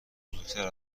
بزرگتر